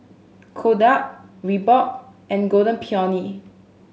Kodak Reebok and Golden Peony